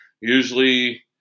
usually